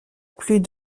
plus